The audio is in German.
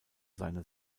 seine